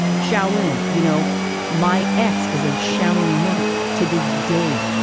shao lin. you know my ex is a shell and monk to this day